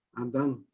i'm done.